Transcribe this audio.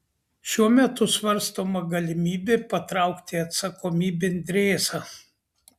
šiuo metu svarstoma galimybė patraukti atsakomybėn drėzą